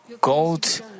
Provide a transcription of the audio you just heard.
gold